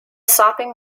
sopping